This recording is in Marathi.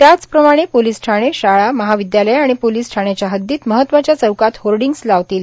त्याचप्रमाणे पोलीस ठाणे शाळा महाविद्यालये आणि पोलीस ठाण्याच्या हद्दीद महत्वाच्या चौकात होर्डिंग्ज् लावतील